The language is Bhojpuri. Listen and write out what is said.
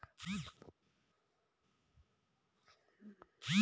कउनो भी सामान खरीदे या सुविधा क उपभोग करे खातिर देवल गइल भुगतान उ सामान क मूल्य होला